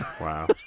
Wow